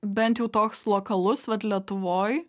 bent jau toks lokalus vat lietuvoj